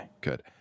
good